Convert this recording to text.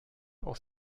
aus